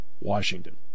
Washington